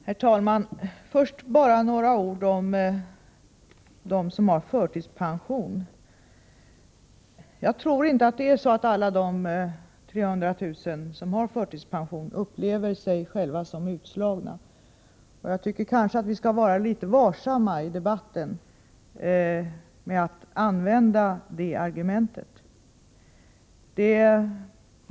Herr talman! Först vill jag säga några ord om dem som har förtidspension. Jag tror inte att alla som har förtidspension, 300 000 personer, upplever sig själva som utslagna. Jag tycker kanske att vi skall vara litet varsamma i debatten med att använda det argumentet.